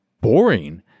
boring